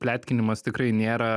pletkinimas tikrai nėra